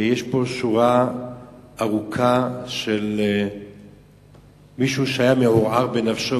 יש כאן שורה ארוכה של מעשי אדם שהיה מעורער בנפשו.